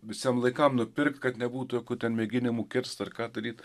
visiem laikam nupirkt kad nebūtų jokių ten mėginimų kirst ar ką daryti